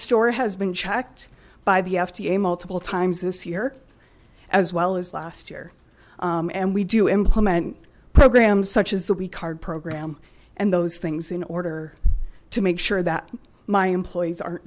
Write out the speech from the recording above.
store has been checked by the fda multiple times this year as well as last year and we do implement programs such as the weak heart program and those things in order to make sure that my employees aren't